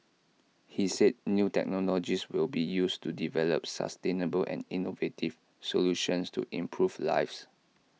he said new technologies will be used to develop sustainable and innovative solutions to improve lives